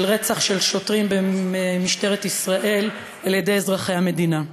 רצח של שוטרים במשטרת ישראל על-ידי אזרחי המדינה.